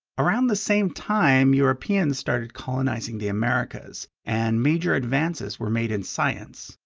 around the same time, europeans started colonizing the americas and major advances were made in science.